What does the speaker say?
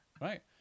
Right